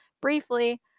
briefly